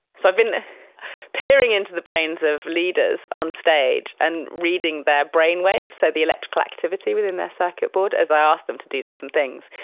so i've been peering into the brains of leaders on stage and reading their brain waves, so the electrical activity within their circuit board, as i asked them to do different things,